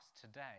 today